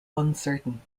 uncertain